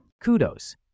Kudos